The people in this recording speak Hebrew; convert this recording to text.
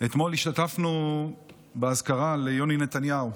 אתמול השתתפנו באזכרה ליוני נתניהו,